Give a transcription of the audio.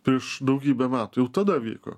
prieš daugybę metų jau tada vyko